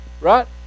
right